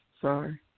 Sorry